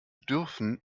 dürfen